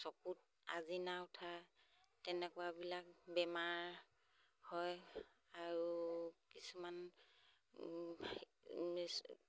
চকুত আজিনা উঠা তেনেকুৱাবিলাক বেমাৰ হয় আৰু কিছুমান